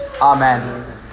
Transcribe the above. Amen